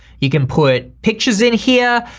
you can put pictures in here,